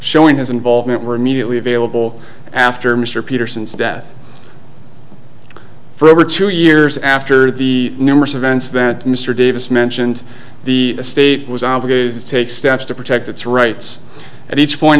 showing his involvement were immediately available after mr peterson's death for over two years after the numerous events that mr davis mentioned the state was obligated to take steps to protect its rights at each point